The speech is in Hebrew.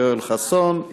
יואל חסון,